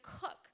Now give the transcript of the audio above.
cook